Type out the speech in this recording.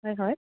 হয় হয়